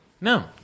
No